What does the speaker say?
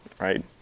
right